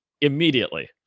immediately